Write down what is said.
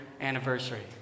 anniversary